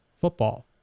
football